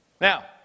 Now